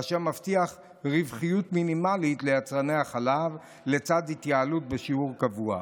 אשר מבטיח רווחיות מינימלית ליצרני החלב לצד התייעלות בשיעור קבוע.